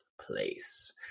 place